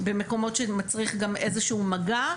במקומות שמצריך גם איזשהו מגע,